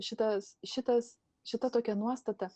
šitas šitas šita tokia nuostata